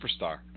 superstar